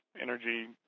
energy